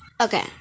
Okay